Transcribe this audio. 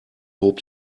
hob